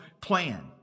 plan